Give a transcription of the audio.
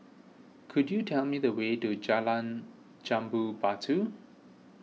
could you tell me the way to Jalan Jambu Batu